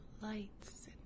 lights